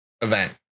event